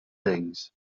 things